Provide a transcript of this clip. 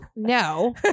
No